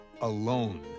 Alone